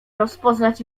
rozpoznać